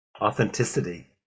Authenticity